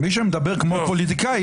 מי שמדבר כמו פוליטיקאי,